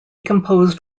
composed